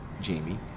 Jamie